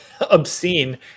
obscene